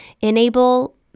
enable